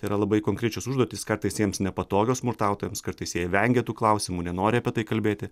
yra labai konkrečios užduotys kartais jiems nepatogios smurtautojams kartais jie vengia tų klausimų nenori apie tai kalbėti